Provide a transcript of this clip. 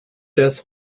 death